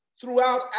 throughout